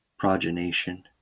progenation